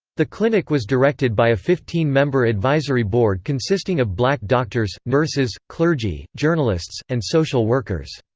the clinic was directed by a fifteen member advisory board consisting of black doctors, nurses, clergy, journalists, and social workers.